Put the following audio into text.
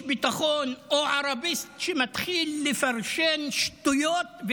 ביטחון או ערביסט שמתחיל לפרשן שטויות,